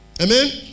Amen